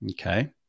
Okay